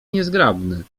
niezgrabny